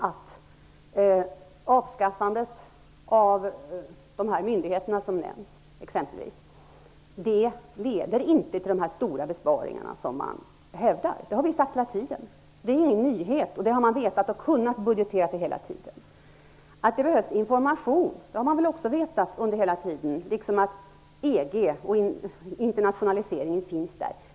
Att avskaffandet av de båda nämnda myndigheterna exempelvis inte leder till de stora besparingar som man hävdat har vi sagt hela tiden. Det är ingen nyhet. Man har hela tiden känt till det och har kunnat budgetera för det. Också att det behövs information har man vetat hela tiden liksom att EG och internationaliseringen är på gång.